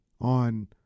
on